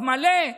מלא.